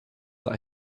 that